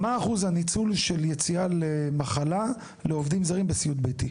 מה אחוז הניצול של יציאה למחלה לעובדים זרים בסיעוד ביתי?